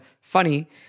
funny